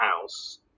house